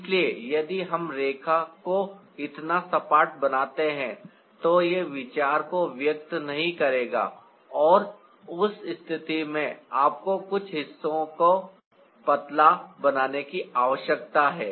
इसलिए यदि हम रेखा को इतना सपाट बनाते हैं तो यह विचार को व्यक्त नहीं करेगा और उस स्थिति में आपको कुछ हिस्सों को पतला बनाने की आवश्यकता है